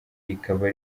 rikaba